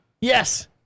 Yes